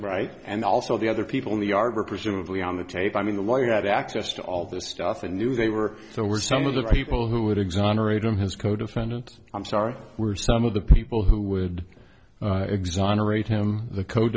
right and also the other people in the arbor presumably on the tape i mean the lawyer had access to all the stuff they knew they were there were some of the people who would exonerate him his codefendant i'm sorry were some of the people who would exonerate him the co de